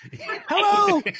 Hello